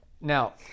Now